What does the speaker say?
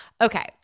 Okay